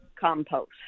compost